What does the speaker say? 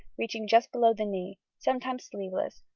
reaching just below the knee, sometimes sleeveless,